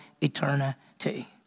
eternity